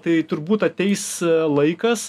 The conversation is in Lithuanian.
tai turbūt ateis laikas